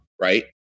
right